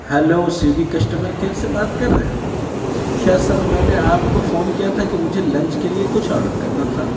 hello Swiggy customer care سے بات کر رہے ہیں کیا سر میں نے آپ کو فون کیا تھا کہ مجھے لنچ کے لیے کچھ آڈر کرنا تھا